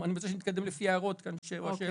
אני מציע שנתקדם לפי ההערות והשאלות.